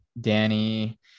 Danny